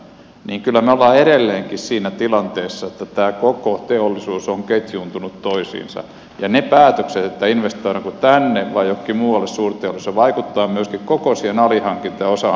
kun katsoo teollisuuden rakennetta niin kyllä me olemme edelleenkin siinä tilanteessa että tämä koko teollisuus on ketjuuntunut toisiinsa ja ne päätökset investoidaanko tänne vai johonkin muualle suurteollisuus vaikuttavat myöskin koko siihen alihankinta ja osahankintaketjuun